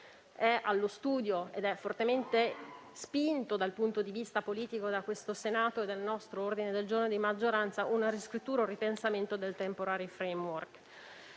È allo studio ed è fortemente spinta dal punto di vista politico dal Senato e dall'ordine del giorno di maggioranza una riscrittura del Temporary framework.